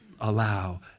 allow